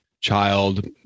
child